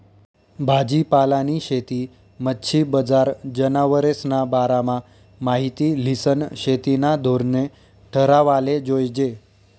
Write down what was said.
भाजीपालानी शेती, मच्छी बजार, जनावरेस्ना बारामा माहिती ल्हिसन शेतीना धोरणे ठरावाले जोयजे